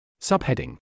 Subheading